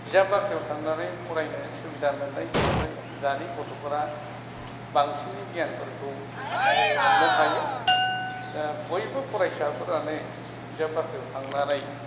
बिजाब बाख्रियाव थांनानै फरायनो सुबिदा मोननाय हिसाबै दानि गथ'फोरा बांसिनै गियानफोरखौ मोननो हायो दा बयबो फरायसाफोरानो बिजाब बाख्रियाव थांनानै